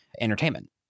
entertainment